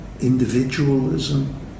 individualism